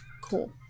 Cool